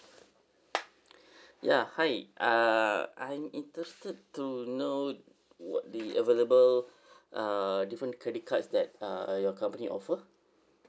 ya hi uh I'm interested to know wh~ the available uh different credit cards that uh uh your company offer